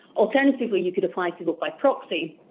alternatively, you could apply to vote by proxy,